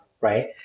right